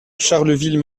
charleville